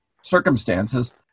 circumstances